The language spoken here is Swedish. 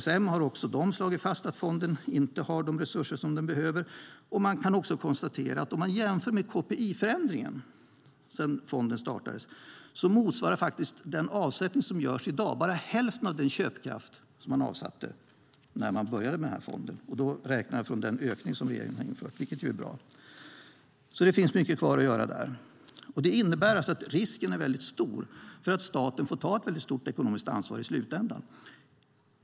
SSM har slagit fast att fonden inte har de resurser den behöver. Man kan konstatera att i jämförelse med KPI-förändringen sedan fonden startades motsvarar den avsättning som görs i dag hälften av den köpkraft som avsattes när fonden startades. Jag räknar med den ökning som regeringen har infört, vilket är bra. Det finns mycket kvar att göra. Risken är stor att staten i slutändan får ta ett stort ekonomiskt ansvar.